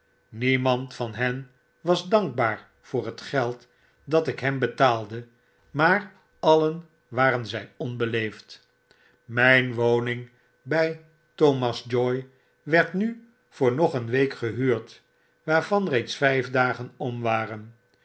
niemand van hen was dankbaar voor het geld dat ik hem betaalde maar alien waren zy onbeleefd myn woning by thomas joy werd nu voor nog een week gehuurd waarvan reeds vyf dagen om waren